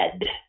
dead